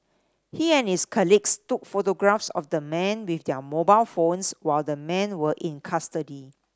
he and his colleagues took photographs of the men with their mobile phones while the men were in custody